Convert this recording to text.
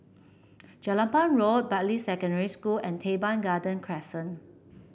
Jelapang Road Bartley Secondary School and Teban Garden Crescent